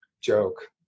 joke